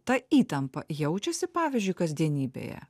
ta įtampa jaučiasi pavyzdžiui kasdienybėje